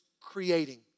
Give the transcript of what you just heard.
creating